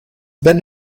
been